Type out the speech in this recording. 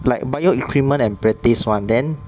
like bio equipment and practise [one] then